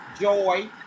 Joy